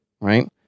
right